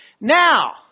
Now